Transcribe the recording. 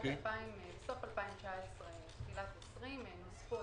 בסוף שנת 2019 ותחילת שנת 2020 נוספו